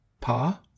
Pa